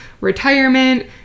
retirement